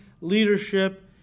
leadership